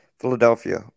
Philadelphia